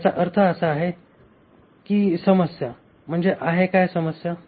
तर याचा अर्थ असा आहे की समस्या म्हणजे काय आहे समस्या